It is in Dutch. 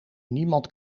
niemand